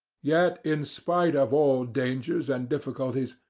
yet in spite of all dangers and difficulties,